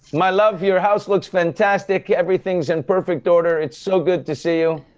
my love, your house looks fantastic. everything's in perfect order. it's so good to see you.